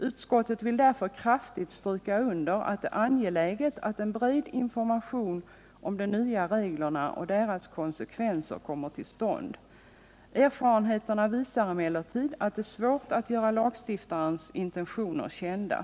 Utskottet vill därför kraftigt stryka under att det är angeläget att en bred information om de nya reglerna och deras konsekvenser kommer till stånd. Erfarenheterna visar emellertid att det är svårt att göra lagstiftarens intentioner kända.